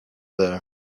there